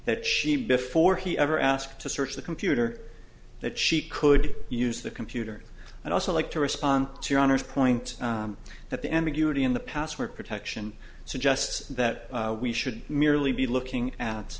that she before he ever asked to search the computer that she could use the computer and also like to respond to your honor's point that the ambiguity in the password protection suggests that we should merely be looking at